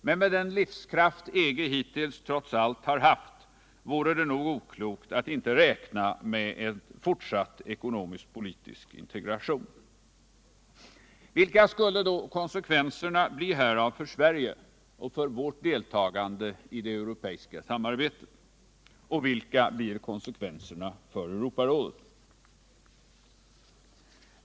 Men med den livskraft EG hittills trots allt har haft vore det oklokt att inte räkna med en fortsatt ekonomiskt-politisk integration. Vilka skulle då konsekvenserna härav bli för Sverige och för vårt deltagande i det europeiska samarbetet? Och vilka blir konsekvenserna för Europarådet?